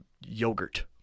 yogurt